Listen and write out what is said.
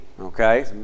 Okay